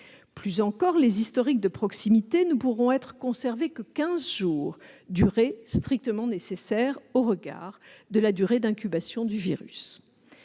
Plus encore, les historiques de proximité ne pourront être conservés que quinze jours, durée strictement nécessaire au regard de la durée d'incubation du virus.